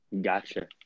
Gotcha